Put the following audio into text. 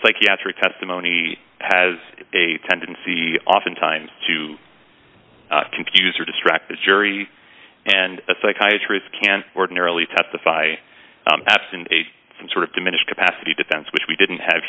psychiatric testimony has a tendency oftentimes to confuse or distract the jury and a psychiatrist can ordinarily testify absent a some sort of diminished capacity defense which we didn't have